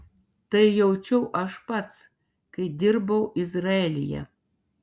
tai jaučiau aš pats kai dirbau izraelyje